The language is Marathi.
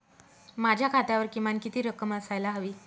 माझ्या खात्यावर किमान किती रक्कम असायला हवी?